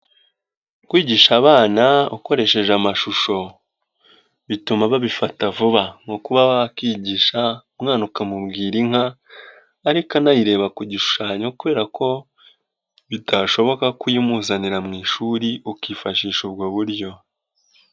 Kwigisha abana ukoresheje amashusho, bituma babifata vuba, ni ukuba wakwigisha umwana ukamubwira inka ariko anayireba ku gishushanyo kubera ko bitashoboka ko uyimuzanira mu ishuri, ukifashisha ubwo buryo.